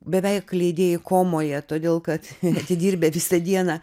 beveik leidėjai komoje todėl kad atidirbę visą dieną